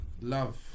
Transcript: Love